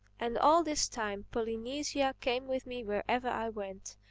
and all this time polynesia came with me wherever i went,